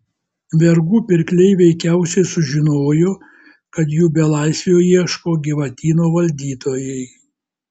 vergų pirkliai veikiausiai sužinojo kad jų belaisvio ieško gyvatyno valdytojai